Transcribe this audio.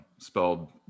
Spelled